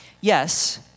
Yes